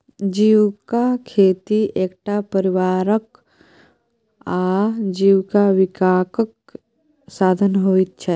जीविका खेती एकटा परिवारक आजीविकाक साधन होइत छै